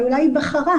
אבל אולי היא בחרה?